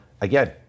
again